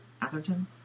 Atherton